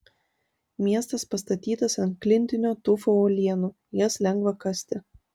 miestas pastatytas ant klintinio tufo uolienų jas lengva kasti